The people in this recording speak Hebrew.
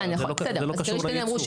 בסדר, אבל זה לא קשור לייצוא.